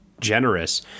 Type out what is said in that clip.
generous